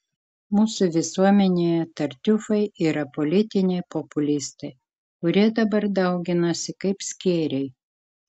mūsų visuomenėje tartiufai yra politiniai populistai kurie dabar dauginasi kaip skėriai